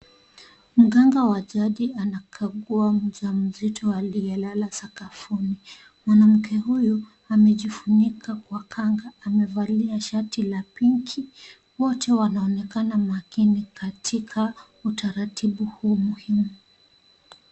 Mganga wa jadi anakagua mjamzito aliyelala sakafuni. Mwanamke huyu amejifunika kwa kanga, amevalia shati la pink, wote wanaonekana mwakini katika utaratibu huu muhimu.